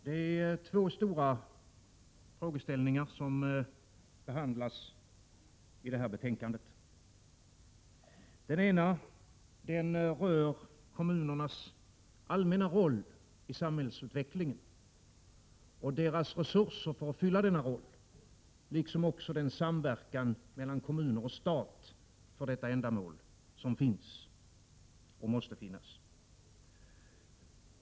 Herr talman! Det är två stora frågeställningar som behandlas i det här betänkandet. Den ena rör kommunernas allmänna roll i samhällsutvecklingen och deras resurser för att spela denna roll liksom den samverkan mellan kommuner och stat för detta ändamål som finns och måste finnas.